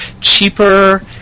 cheaper